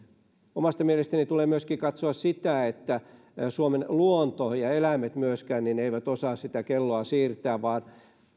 omasta mielestäni tulee myöskin katsoa sitä että suomen luonto ja eläimet myöskään eivät osaa sitä kelloa siirtää vaan